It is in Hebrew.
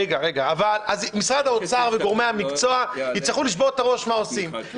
אז משרד האוצר וגורמי המקצוע יצטרכו לשבור את ראש מה עושים.